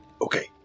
Okay